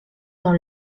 dans